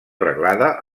reglada